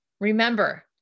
Remember